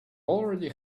already